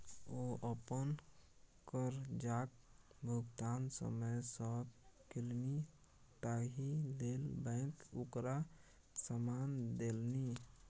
ओ अपन करजाक भुगतान समय सँ केलनि ताहि लेल बैंक ओकरा सम्मान देलनि